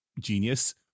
genius